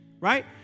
right